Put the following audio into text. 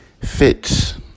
fits